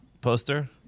poster